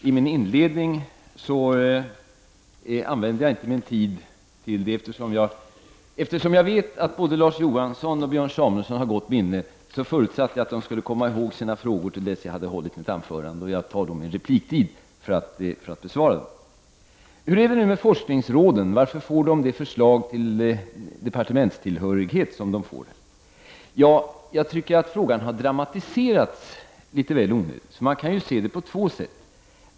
I min inledning använde jag inte tiden till att besvara frågor. Eftersom jag vet att både Larz Johansson och Björn Samuelson har gott minne, förutsatte jag att de skulle komma ihåg sina frågor till dess jag hållit mitt anförande. Jag tar min repliktid i anspråk för att besvara dessa frågor. Hur är det nu med forskningsråden? Varför får de det förslag till departementstillhörighet som de får? Frågan har dramatiserats litet väl onödigt. Man kan se saken på två sätt.